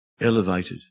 elevated